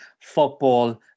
Football